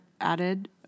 added